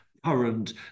current